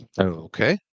okay